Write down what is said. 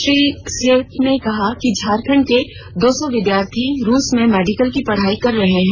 श्री सेठ ने कहा है कि झारखंड के दो सौ विद्यार्थी रूस में मेडिकल की पढ़ाई कर रहे हैं